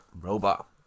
Robot